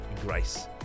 grace